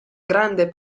grande